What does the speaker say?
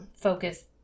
focus